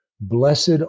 Blessed